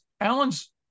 Alan's